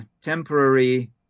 temporary